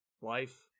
life